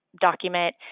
document